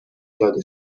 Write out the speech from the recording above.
داده